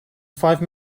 five